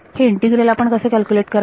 हे इंटिग्रल आपण कसे कॅल्क्युलेट कराल